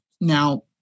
Now